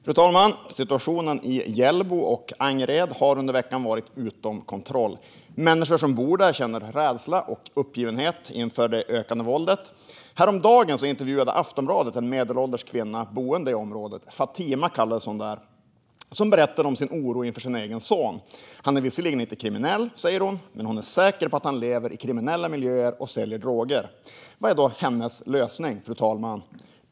Fru talman! Situationen i Hjällbo och Angered har under veckan varit utom kontroll. Människor som bor där känner rädsla och uppgivenhet inför det ökande våldet. Häromdagen intervjuade Aftonbladet en medelålders kvinna boende i området; Fatima kallades hon där. Hon berättade om sin oro för sin egen son. Han är visserligen inte kriminell, säger hon, men hon är säker på att han lever i kriminella miljöer och säljer droger. Vad är då hennes lösning, fru talman?